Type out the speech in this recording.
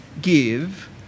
give